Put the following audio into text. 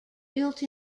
built